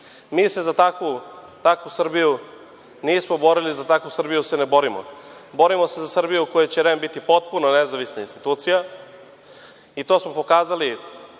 se za takvu Srbiju nismo borili, za takvu Srbiju se ne borimo. Borimo se za Srbiju u kojoj će REM biti potpuno nezavisna institucija i to smo pokazali